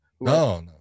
No